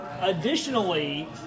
Additionally